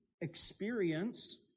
Experience